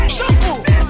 Shampoo